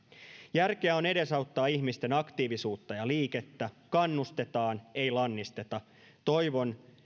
järkeä on edesauttaa ihmisten aktiivisuutta ja liikettä kannustetaan ei lannisteta toivon